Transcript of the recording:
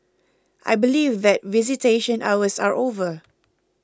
I believe that visitation hours are over